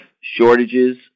shortages